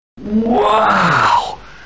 Wow